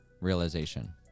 realization